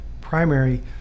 primary